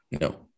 No